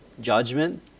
Judgment